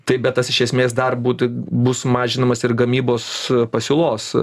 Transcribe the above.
taip bet tas iš esmės dar būtų bus sumažinamas ir gamybos pasiūlos